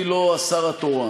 השר משיב.